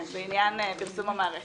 בעניין פרסום המערכת.